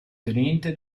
tenente